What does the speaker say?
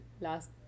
last